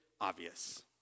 obvious